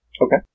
Okay